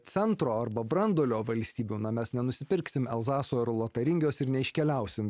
centro arba branduolio valstybių na mes nenusipirksim elzaso ar lotaringijos ir neiškeliausim